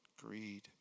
greed